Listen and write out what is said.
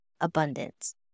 abundance